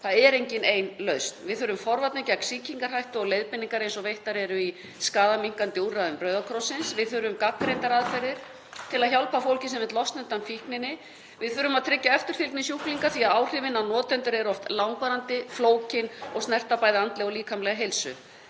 Það er engin ein lausn. Við þurfum forvarnir gegn sýkingarhættu og leiðbeiningar eins og veittar eru í skaðaminnkandi úrræðum Rauða krossins. Við þurfum gagnreyndar aðferðir til að hjálpa fólki sem vill losna undan fíkninni. Við þurfum að tryggja eftirfylgni sjúklinga því að áhrifin á notendur eru oft langvarandi, flókin og snerta bæði andlega og líkamlega heilsu.